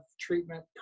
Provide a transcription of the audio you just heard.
treatment